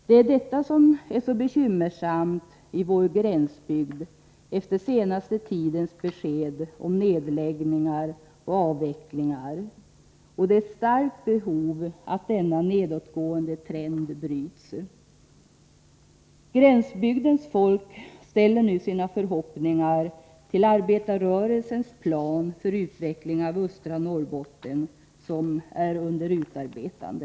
Det är detta som är så bekymmersamt i vår gränsbygd, eftersom den senaste tidens besked om nedläggningar och avvecklingar. Det finns ett starkt behov av att denna nedåtgående trend bryts. Gränsbygdens folk ställer nu sina förhoppningar till arbetarrörelsens plan för utveckling av östra Norrbotten som är under utarbetande.